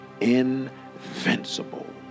Invincible